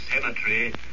Cemetery